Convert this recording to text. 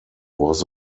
was